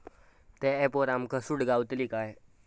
त्या ऍपवर आमका सूट गावतली काय?